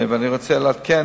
אני רוצה לעדכן